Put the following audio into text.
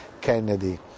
Kennedy